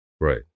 right